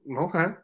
Okay